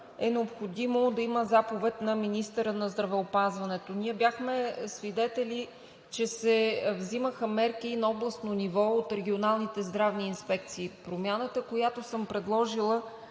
е необходимо да има заповед на министъра на здравеопазването. Ние бяхме свидетели, че се взимаха мерки и на областно ниво от регионалните здравни инспекции. Промяната, която съм предложила,